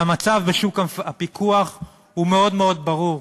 והמצב בשוק הפיקוח הוא מאוד מאוד ברור: